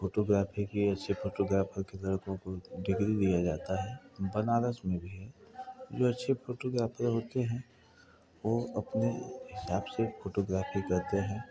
photography की ऐसे photographer के तरफ हमको डिग्री लिया जाता है बनारस में भी जो अच्छे फोटोग्राफर होते हैं वो अपने हिसाब से फोटोग्राफी करते हैं